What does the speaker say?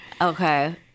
Okay